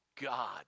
God